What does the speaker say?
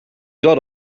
got